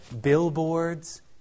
billboards